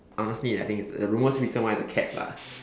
honestly I think it's uh the most recent one is the cats lah